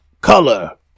color